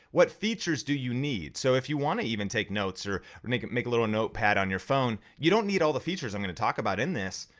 what features do you need? so if you wanna even take notes or or make it make a little notepad on your phone, you don't need all the features i'm gonna talk about in this,